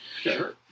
Sure